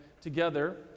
together